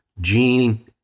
Gene